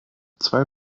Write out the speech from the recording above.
zwei